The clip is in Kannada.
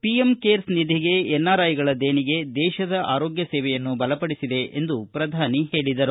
ಪಿಎಂ ಕೇರ್ಸ್ ನಿಧಿಗೆ ಎನ್ಆರ್ಐಗಳ ದೇಣಿಗೆ ದೇಶದ ಆರೋಗ್ಯ ಸೇವೆಯನ್ನು ಬಲಪಡಿಸಿದೆ ಎಂದು ಪ್ರಧಾನಿ ಹೇಳಿದರು